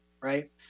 Right